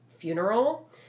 funeral